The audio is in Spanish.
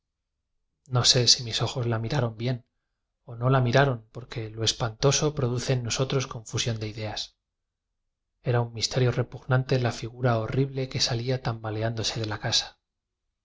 no se si mis ojos la miraron bien o no la miraron porque lo espantoso produce en nosotros confusión de ideas era un misterio repugnante la figura ho rrible que salía tambaleándose de la casa no